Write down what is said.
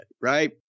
right